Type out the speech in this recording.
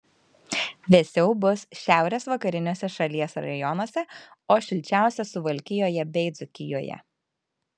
vėsiau bus šiaurės vakariniuose šalies rajonuose o šilčiausia suvalkijoje bei dzūkijoje